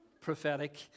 prophetic